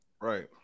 Right